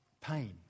pain